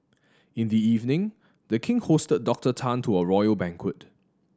in the evening The King hosted Doctor Tan to a royal banquet